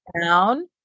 down